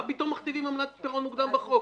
מה פתאום מכתיבים עמלת פירעון מוקדם בחוק?